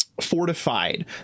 fortified